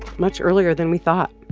much earlier than we thought.